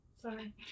sorry